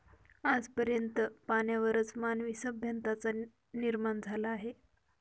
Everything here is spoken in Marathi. आज पर्यंत पाण्यावरच मानवी सभ्यतांचा निर्माण झाला आहे